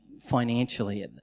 financially